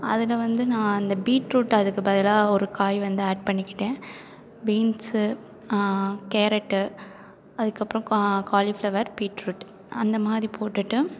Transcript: அதில் வந்து நான் அந்த பீட்ரூட் அதுக்கு பதிலாக ஒரு காய் வந்து ஆட் பண்ணிக்கிட்டேன் பீன்ஸு கேரட்டு அதுக்கப்பறோம் கா காலிஃப்ளவர் பீட்ரூட் அந்த மாதிரி போட்டுட்டு